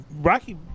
Rocky